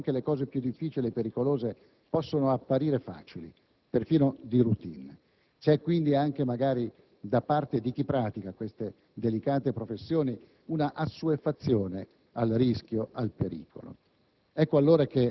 ad un certo punto, anche le cose più difficili e pericolose possono apparire facili, perfino di *routine*. C'è anche magari, da parte di chi pratica queste delicate professioni, un'assuefazione al rischio e al pericolo.